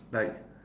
like